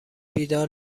بیدار